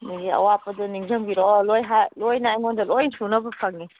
ꯑꯗꯨꯗꯤ ꯑꯋꯥꯠꯄꯗꯣ ꯅꯤꯡꯁꯡꯕꯤꯔꯛꯑꯣ ꯂꯣꯏꯅ ꯑꯩꯉꯣꯟꯗ ꯂꯣꯏꯅ ꯁꯨꯅꯕ ꯐꯪꯏ